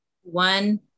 one